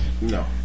No